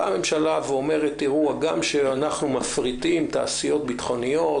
באה הממשלה ואומרת כך: הגם שאנחנו מפריטים תעשיות ביטחוניות,